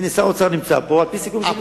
הנה, שר האוצר נמצא פה, על-פי סיכום שלי אתו.